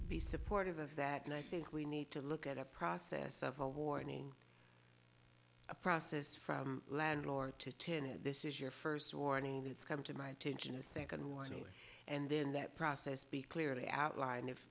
be supportive of that and i think we need to look at a process of a warning a process from landlord to ten and this is your first warning it's come to my attention a second one year and then that process be clearly outlined if